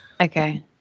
Okay